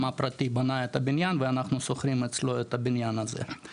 הפרטי בנה את הבניין ואנחנו שוכרים אצלו את הבניין הזה.